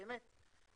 באמת.